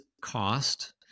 cost